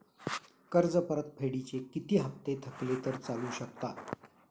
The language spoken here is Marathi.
कर्ज परतफेडीचे किती हप्ते थकले तर चालू शकतात?